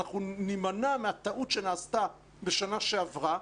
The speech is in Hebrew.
אנחנו נימנע מהטעות שנעשתה בשנה שעברה,